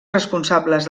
responsables